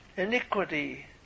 Iniquity